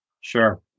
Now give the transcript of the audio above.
Sure